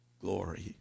glory